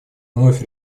вновь